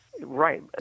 right